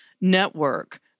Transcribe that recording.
network